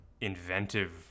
inventive